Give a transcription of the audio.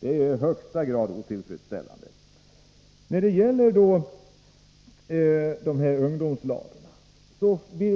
Det är i högsta grad otillfredsställande. Enligt